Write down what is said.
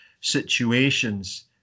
situations